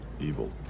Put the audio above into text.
Evil